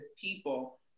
people